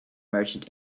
merchant